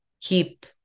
keep